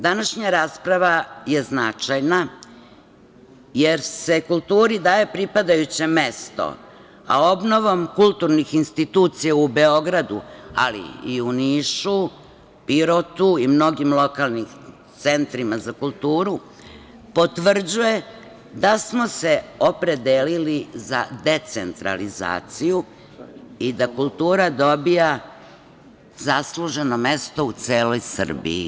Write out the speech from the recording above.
Današnja rasprava je značajna, jer se kulturi daje pripadajuće mesto, a obnovom kulturnih institucija u Beogradu, ali i u Nišu, Pirotu i mnogim lokalnim centrima za kulturu, potvrđuje da smo se opredelili za decentralizaciju i da kultura dobija zasluženo mesto u celoj Srbiji.